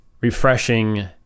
refreshing